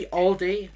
Aldi